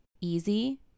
easy